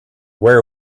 where